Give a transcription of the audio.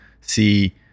see